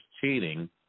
cheating